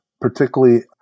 particularly